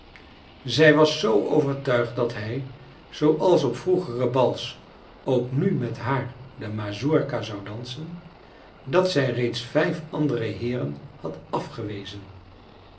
zij was zoo overtuigd dat hij zooals op vroegere bals ook nu met haar de mazurka zou dansen dat zij reeds vijf andere heeren had afgewezen